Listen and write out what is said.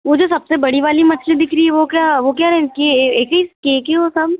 वो जो सबसे बड़ी वाली मछली दिख रही है वो क्या वो क्या रेंज की है एक ही है वो सब